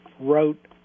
wrote